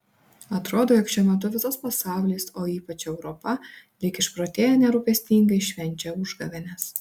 atrodo jog šiuo metu visas pasaulis o ypač europa lyg išprotėję nerūpestingai švenčia užgavėnes